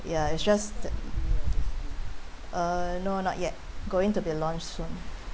ya it's just that uh no not yet going to be launched soon